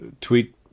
tweet